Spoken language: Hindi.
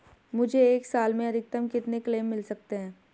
मुझे एक साल में अधिकतम कितने क्लेम मिल सकते हैं?